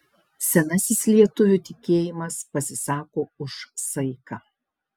senasis lietuvių tikėjimas pasisako už saiką